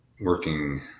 working